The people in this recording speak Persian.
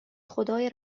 خدای